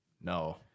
No